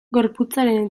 gorputzaren